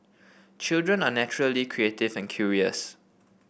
children are naturally creative and curious